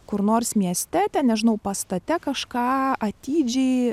kur nors mieste ten nežinau pastate kažką atidžiai